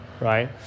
right